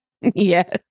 Yes